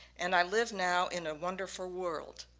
and i live now in a wonderful world.